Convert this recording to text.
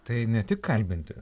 tai ne tik kalbinti